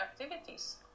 activities